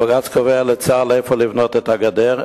הבג"ץ קובע לצה"ל איפה לבנות את הגדר,